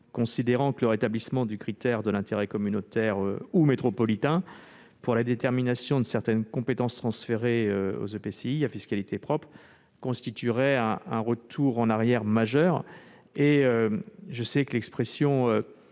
l'article 4 . Le rétablissement du critère de l'intérêt communautaire ou métropolitain pour la détermination de certaines compétences transférées aux EPCI à fiscalité propre constituerait un retour en arrière majeur et un « détricotage